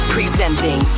Presenting